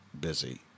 busy